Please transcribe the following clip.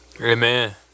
amen